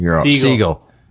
Seagull